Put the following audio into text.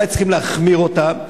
אולי צריך להחמיר אותם,